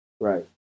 Right